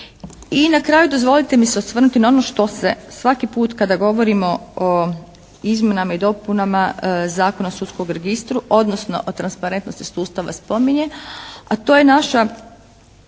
I na kraju dozvolite mi se osvrnuti na ono što se svaki put kada govorimo o izmjenama i dopunama Zakona o sudskom registru, odnosno o transparentnosti sustava spominje, a to je naša